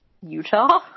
Utah